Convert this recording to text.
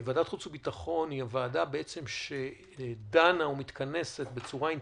ועדת החוץ והביטחון היא הוועדה שדנה ומתכנסת בצורה אינטנסיבית,